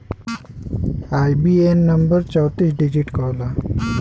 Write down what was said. IBAN number चौतीस digit क होला